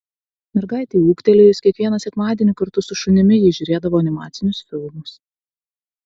mergaitei ūgtelėjus kiekvieną sekmadienį kartu su šunimi ji žiūrėdavo animacinius filmus